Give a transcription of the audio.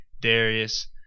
Darius –